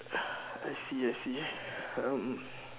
I see I see um